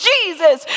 Jesus